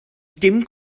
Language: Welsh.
dim